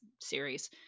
series